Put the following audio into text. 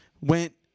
went